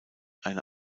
eine